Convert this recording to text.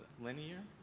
linear